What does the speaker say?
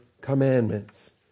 commandments